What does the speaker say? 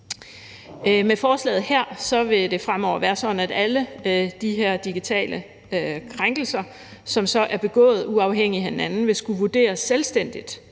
Med forslaget her vil det fremover være sådan, at alle de her digitale krænkelser, som er begået uafhængigt af hinanden, vil skulle vurderes selvstændigt